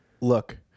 Look